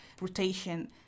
rotation